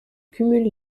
cumule